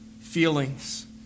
feelings